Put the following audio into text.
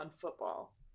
football